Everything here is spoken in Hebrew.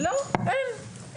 לא, אין.